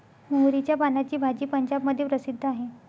मोहरीच्या पानाची भाजी पंजाबमध्ये प्रसिद्ध आहे